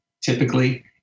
typically